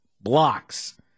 blocks